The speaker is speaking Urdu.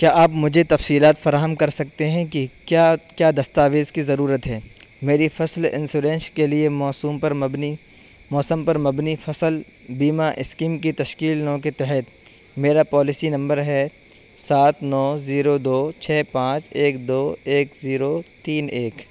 کیا آپ مجھے تفصیلات فراہم کر سکتے ہیں کہ کیا کیا دستاویز کی ضرورت ہے میری فصل انسورنس کے لیے موسم پر مبنی موسم پر مبنی فصل بیمہ اسکیم کی تشکیل نو کے تحت میرا پالسی نمبر ہے سات نو زیرو دو چھ پانچ ایک دو ایک زیرو تین ایک